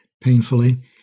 painfully